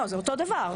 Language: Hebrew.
לא, זה אותו הדבר.